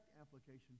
application